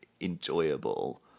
enjoyable